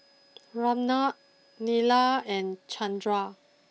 Ramnath Neila and Chandra